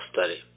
study